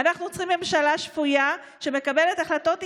אנחנו רוצים ממשלה שפויה שמקבלת החלטות ענייניות.